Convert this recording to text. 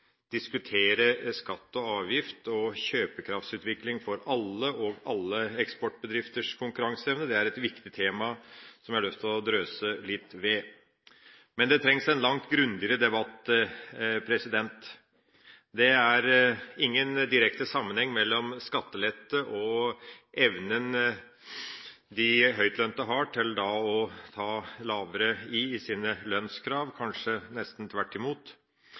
diskutere skatt og avgift, kjøpekraftsutvikling for alle og alle eksportbedrifters konkurranseevne er et viktig tema som jeg har lyst til å drøse litt om. Men det trengs en langt grundigere debatt. Det er ingen direkte sammenheng mellom skattelette og evnen de høytlønte har til å ta mindre i når det gjelder sine lønnskrav – kanskje nesten tvert imot.